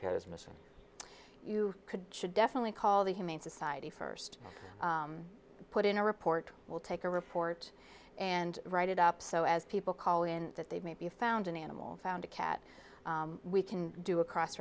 cat is missing you could should definitely call the humane society first put in a report we'll take a report and write it up so as people call in that they may be found an animal found a cat we can do a cross